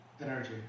Energy